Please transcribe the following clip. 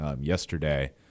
yesterday